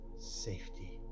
safety